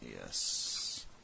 yes